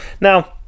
Now